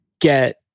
get